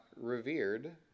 revered